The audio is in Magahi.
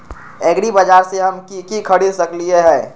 एग्रीबाजार से हम की की खरीद सकलियै ह?